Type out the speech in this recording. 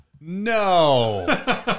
No